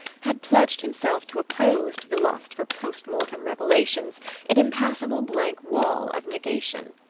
had pledged himself to oppose to the lust for post-mortem revelations an impassable blank wall of negation.